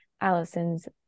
Allison's